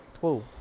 whoa